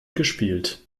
gespielt